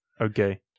Okay